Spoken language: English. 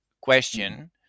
question